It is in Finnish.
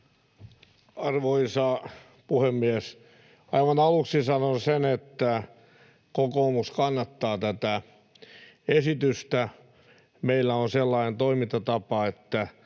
Arvoisa puhemies! Aivan aluksi sanon sen, että kokoomus kannattaa tätä esitystä. Meillä on sellainen toimintatapa, että